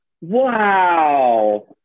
Wow